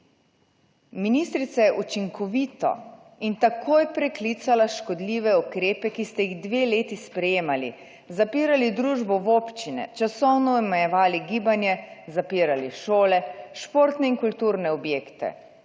Ministrica je učinkovito in takoj preklicala škodljive ukrepe, ki ste jih dve leti sprejemali, zapirali družbo v občine, časovno omejevali gibanje, zapirali šole, športne in kulturne objekte,